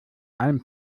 ein